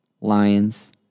Lions